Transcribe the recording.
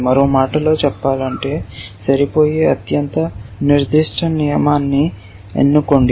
మరో మాటలో చెప్పాలంటే సరిపోయే అత్యంత నిర్దిష్ట నియమాన్ని ఎన్నుకోండి